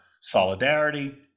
solidarity